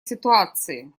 ситуации